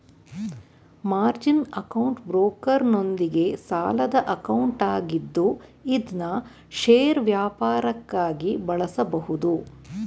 margin account ಬ್ರೋಕರ್ನೊಂದಿಗೆ ಸಾಲದ account ಆಗಿದ್ದು ಇದ್ನಾ ಷೇರು ವ್ಯಾಪಾರಕ್ಕಾಗಿ ಬಳಸಬಹುದು